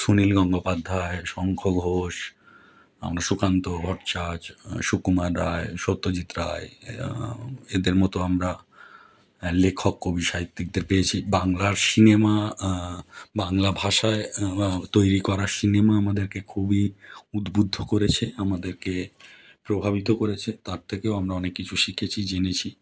সুনীল গঙ্গোপাধ্যায় শঙ্খ ঘোষ সুকান্ত ভট্টাচার্য সুকুমার রায় সত্যজিৎ রায় এরা এদের মতো আমরা লেখক কবি সাহিত্যিকদের পেয়েছি বাংলার সিনেমা বাংলা ভাষায় তৈরি করা সিনেমা আমাদেরকে খুবই উদবুদ্ধ করেছে আমাদেরকে প্রভাবিত করেছে তার থেকেও আমরা অনেক কিছু শিখেছি জেনেছি